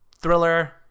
thriller